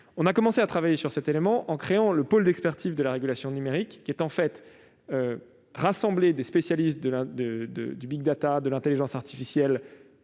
avons commencé à travailler sur ce sujet en créant le pôle d'expertise de la régulation numérique. Cette structure rassemble des spécialistes du et de l'intelligence artificielle